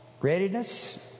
readiness